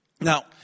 Now